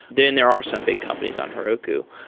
then there are some big companies on heroku.